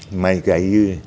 माइ गायो